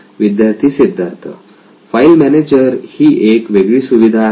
विद्यार्थी Siddharth file manager ही एक वेगळी सुविधा आहे